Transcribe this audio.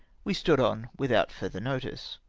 we stood on without further notice.